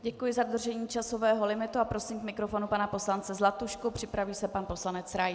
Děkuji za dodržení časového limitu a prosím k mikrofonu pana poslance Zlatušku, připraví se pan poslanec Rais.